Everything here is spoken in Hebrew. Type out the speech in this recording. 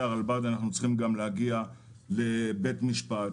הרלב"ד אנחנו צריכים גם להגיע לבית המשפט.